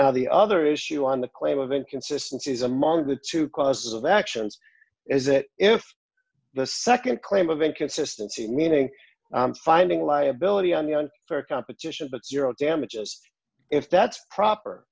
now the other issue on the claim of inconsistency is among the two causes of actions is that if the nd claim of inconsistency meaning finding liability on the on for competition but zero damages if that's proper